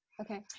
Okay